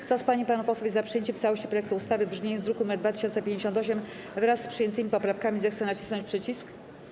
Kto z pań i panów posłów jest za przyjęciem w całości projektu ustawy w brzmieniu z druku nr 2058, wraz z przyjętymi poprawkami, zechce nacisnąć przycisk.